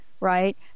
Right